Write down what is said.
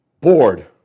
Bored